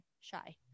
shy